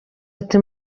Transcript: ati